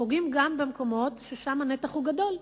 פוגעים גם במקומות ששם הנתח הוא גדול.